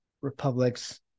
republics